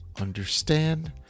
understand